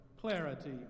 clarity